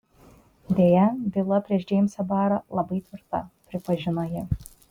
deja byla prieš džeimsą barą labai tvirta pripažino ji